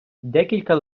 декілька